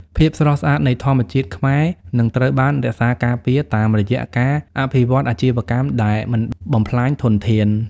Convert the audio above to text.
ភាពស្រស់ស្អាតនៃធម្មជាតិខ្មែរ នឹងត្រូវបានរក្សាការពារតាមរយៈការអភិវឌ្ឍអាជីវកម្មដែលមិនបំផ្លាញធនធាន។